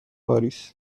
پاریس